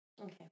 okay